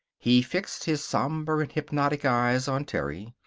he fixed his somber and hypnotic eyes on terry.